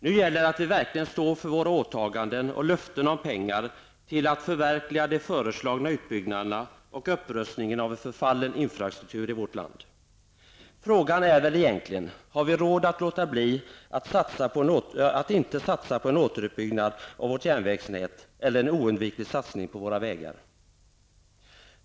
Nu gäller det att vi verkligen står för våra åtaganden och löften om pengar till att förverkliga de föreslagna utbyggnaderna och upprustningen av en förfallen infrastruktur i vårt land. Frågan är väl egentligen: Har vi råd att låta bli att satsa på en återuppbyggnad av vårt järnvägsnät eller en oundviklig satsning på våra vägar?